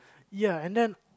ya and then